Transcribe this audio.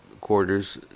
quarters